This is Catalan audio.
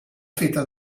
feta